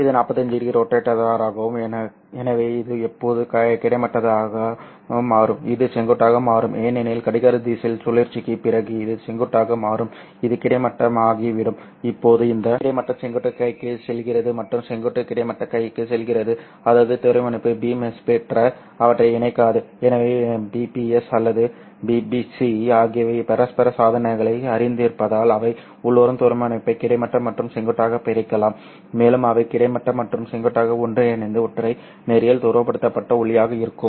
இது 45 º ரோட்டேட்டராகும் எனவே இது இப்போது கிடைமட்டமாக மாறும் இது செங்குத்தாக மாறும் ஏனெனில் கடிகார திசையில் சுழற்சிக்குப் பிறகு இது செங்குத்தாக மாறும் இது கிடைமட்டமாகிவிடும் இப்போது இந்த கிடைமட்டம் செங்குத்து கைக்கு செல்கிறது மற்றும் செங்குத்து கிடைமட்ட கைக்கு செல்கிறது அதாவது துருவமுனைப்பு பீம் ஸ்ப்ளிட்டர் அவற்றை இணைக்காது எனவே பிபிஎஸ் அல்லது பிபிசி ஆகியவை பரஸ்பர சாதனங்களை அறிந்திருப்பதால் அவை உள்வரும் துருவமுனைப்பை கிடைமட்ட மற்றும் செங்குத்தாக பிரிக்கலாம் மேலும் அவை கிடைமட்ட மற்றும் செங்குத்தாக ஒன்றிணைந்து ஒற்றை நேரியல் துருவப்படுத்தப்பட்ட ஒளியாக இருக்கும்